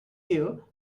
here